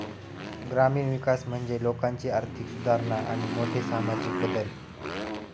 ग्रामीण विकास म्हणजे लोकांची आर्थिक सुधारणा आणि मोठे सामाजिक बदल